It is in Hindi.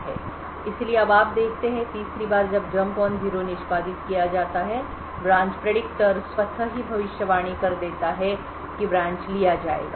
इसलिए अब आप देखते हैं कि तीसरी बार जब जंप ऑन जीरो निष्पादित किया जाता है ब्रांच प्रेडिक्टर स्वतः ही भविष्यवाणी कर देता है कि ब्रांच लिया जाएगा